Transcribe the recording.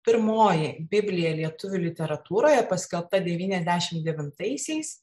pirmoji biblija lietuvių literatūroje paskelbta devyniasdešimt devintaisiais